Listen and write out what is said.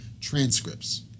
transcripts